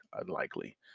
unlikely